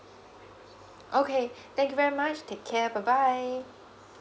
okay thank you very much take care bye bye